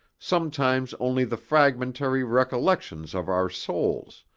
sometimes only the fragmentary recollections of our souls,